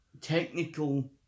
Technical